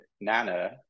nana